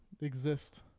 exist